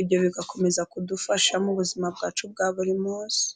ibyo bigakomeza kudufasha mu buzima bwacu bwa buri munsi.